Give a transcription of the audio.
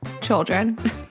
children